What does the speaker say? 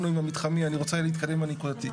עם המתחמי והוא רוצה להתקדם עם הפרטי,